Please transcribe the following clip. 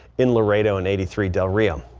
in laredo an eighty three del rio.